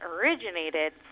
originated